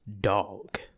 Dog